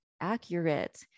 accurate